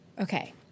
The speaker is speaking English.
Okay